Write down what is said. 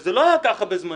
- וזה לא היה ככה בזמני.